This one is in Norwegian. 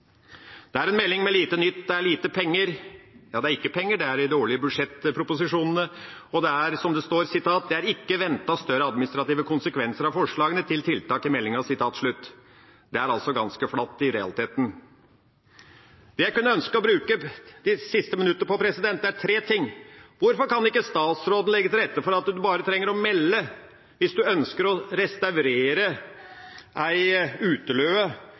Dette er en melding med lite nytt. Det er lite penger, ja, det er ikke penger – de er i de årlige budsjettproposisjonene. Og det er som det står: «Det er ikkje venta større administrative konsekvensar av forslaga til tiltak i meldinga.» Det er altså i realiteten ganske flatt. Det jeg ønsker å bruke de siste minuttene på, er tre spørsmål: Hvorfor kan ikke statsråden legge til rette for at en bare trenger å melde fra hvis en ønsker å restaurere ei uteløe